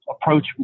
approach